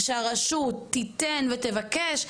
שהרשות תבקש,